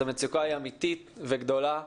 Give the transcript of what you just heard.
המצוקה היא אמיתית וגדולה.